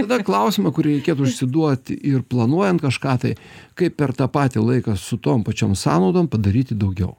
tada klausimą kurį reikėtų užsiduoti ir planuojant kažką tai kaip per tą patį laiką su tom pačiom sąnaudom padaryti daugiau